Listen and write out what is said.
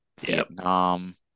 Vietnam